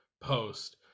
post